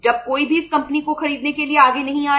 जब कोई भी इस कंपनी को खरीदने के लिए आगे नहीं आया